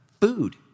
Food